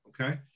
okay